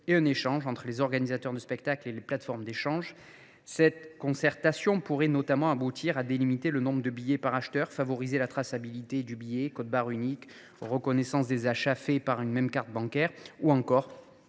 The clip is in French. un dialogue entre les organisateurs de spectacles et les plateformes d’échange. Cette concertation pourrait notamment permettre de fixer le nombre de billets par acheteur, de favoriser la traçabilité du billet – code barre unique, reconnaissance des achats faits par une même carte bancaire – ou encore